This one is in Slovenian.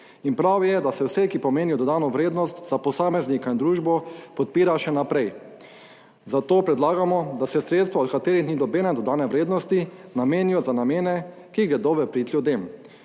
In prav je, da se vse, ki pomenijo dodano vrednost za posameznika in družbo podpira še naprej. Zato predlagamo, da se sredstva od katerih ni nobene dodane vrednosti namenijo za namene, ki gredo v prid ljudem.